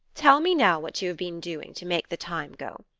tell me now what you have been doing to make the time go?